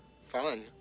fun